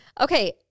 Okay